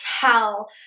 tell